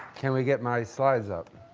can we get my slides up?